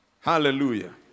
Hallelujah